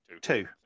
Two